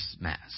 mass